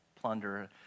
plunder